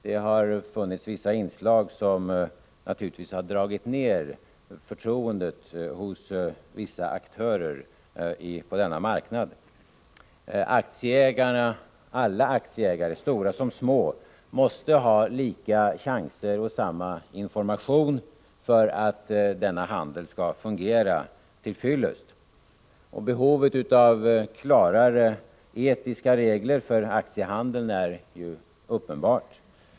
Det har funnits vissa inslag som naturligtvis dragit ned förtroendet hos vissa aktörer på denna marknad. Alla aktieägare, stora som små, måste ha lika chanser och samma information, för att denna handel skall fungera tillfredsställande. Behovet av klarare etiska regler för aktiehandeln är uppenbart.